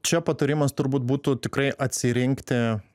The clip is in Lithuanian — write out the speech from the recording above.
čia patarimas turbūt būtų tikrai atsirinkti